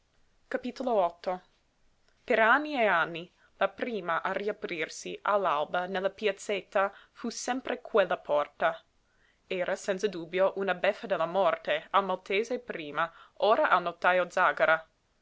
porta per anni e anni la prima a riaprirsi all'alba nella piazzetta fu sempre quella porta era senza dubbio una beffa della morte al maltese prima ora al notajo zàgara